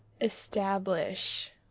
establish